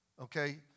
Okay